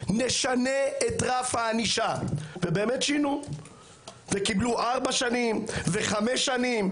נשנה את רף הענישה ובאמת שינו וקיבלו ארבע שנים וחמש שנים,